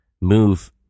move